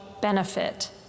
benefit